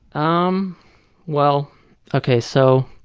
um well okay, so